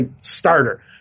starter